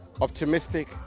optimistic